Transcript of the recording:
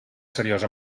seriosa